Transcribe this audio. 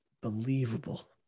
believable